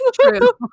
True